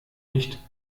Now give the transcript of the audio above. nicht